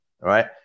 right